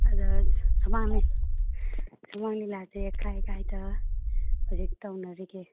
ꯑꯗ ꯁꯨꯃꯥꯡ ꯂꯤꯂꯥꯁꯦ ꯀꯗꯥꯏ ꯀꯗꯥꯏꯗ ꯍꯧꯖꯤꯛ ꯇꯧꯅꯔꯤꯕꯒꯦ